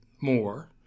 more